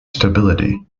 stability